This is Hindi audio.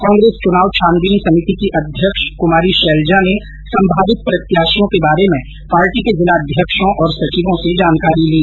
कांग्रेस चुनाव छानबीन समिति की अध्यक्ष कुमारी शैलजा ने संभावित प्रत्याशियों के बारे में पार्टी के जिला अध्यक्षों और सचिवों से जानकारी ली